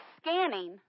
scanning